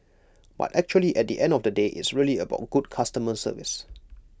but actually at the end of the day it's really about good customer service